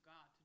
God